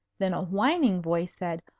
then a whining voice said,